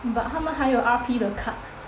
but 他们还有 R_P 的 card